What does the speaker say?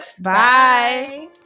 bye